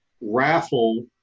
raffle